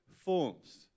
forms